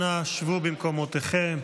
אנא שבו במקומותיכם.